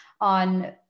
on